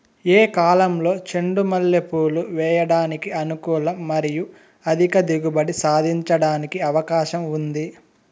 ఏ కాలంలో చెండు మల్లె పూలు వేయడానికి అనుకూలం మరియు అధిక దిగుబడి సాధించడానికి అవకాశం ఉంది?